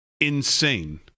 insane